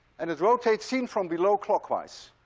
and it rotates, seen from below, clockwise.